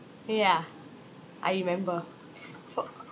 yeah I remember for